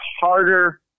harder